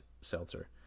seltzer